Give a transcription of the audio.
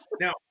Now